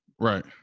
right